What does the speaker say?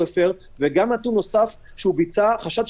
יהיה ההוכחה בסופו של דבר לביצוע העבירה,